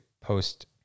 post